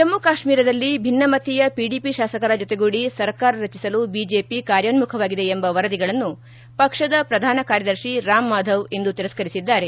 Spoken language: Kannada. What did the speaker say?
ಜಮ್ಮೆ ಕಾಶ್ಮೀರದಲ್ಲಿ ಭಿನ್ನಮತೀಯ ಪಿಡಿಪಿ ಶಾಸಕರ ಜೊತೆಗೂಡಿ ಸರ್ಕಾರ ರಚಿಸಲು ಬಿಜೆಪಿ ಕಾಯೋನ್ಮುಖವಾಗಿದೆ ಎಂಬ ವರದಿಗಳನ್ನು ಪಕ್ಷದ ಪ್ರಧಾನ ಕಾರ್ಯದರ್ಶಿ ರಾಮ್ ಮಾಧವ್ ಇಂದು ತಿರಸ್ಕರಿಸಿದ್ದಾರೆ